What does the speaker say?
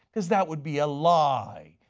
because that would be a lie.